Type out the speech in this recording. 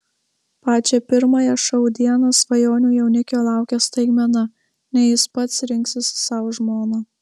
pačią pirmąją šou dieną svajonių jaunikio laukia staigmena ne jis pats rinksis sau žmoną